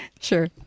Sure